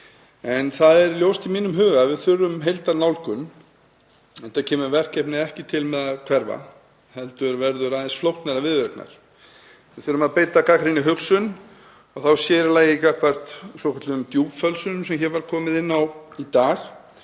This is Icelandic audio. en það er ljóst í mínum huga að við þurfum heildarnálgun enda kemur verkefnið ekki til með að hverfa heldur verður aðeins flóknara viðureignar. Við þurfum að beita gagnrýnni hugsun og þá sér í lagi gagnvart svokölluðum djúpfölsunum, sem hér var komið inn á í dag,